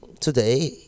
today